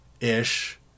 ish